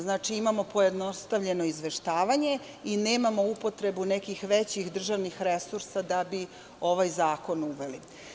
Znači, imamo pojednostavljeno izveštavanje i nemamo upotrebu nekih većih državnih resursa da bi ovaj zakon uveli.